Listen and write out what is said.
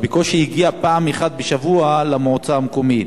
הוא בקושי הגיע פעם אחת בשבוע למועצה המקומית.